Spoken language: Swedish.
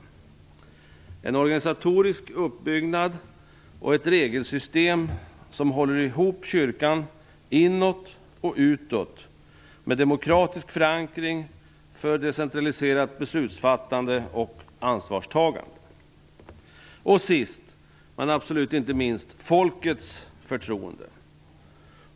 Den behöver en organisatorisk uppbyggnad, ett regelsystem som håller ihop kyrkan inåt och utåt med demokratisk förankring för decentraliserat beslutsfattande och ansvarstagande och sist men absolut inte minst folkets förtroende.